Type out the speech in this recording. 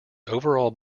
overall